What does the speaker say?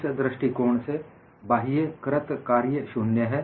इस दृष्टिकोण से बाह्य कृत कार्य शून्य है